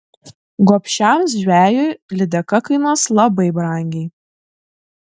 gobšiam žvejui lydeka kainuos labai brangiai